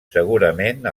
segurament